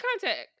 contact